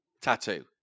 tattoo